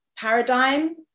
Paradigm